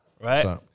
right